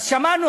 אז שמענו,